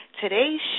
Today's